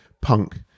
punk